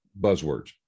buzzwords